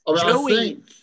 Joey